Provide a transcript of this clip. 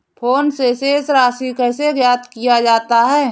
Phone से शेष राशि कैसे ज्ञात किया जाता है?